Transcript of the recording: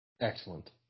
Excellent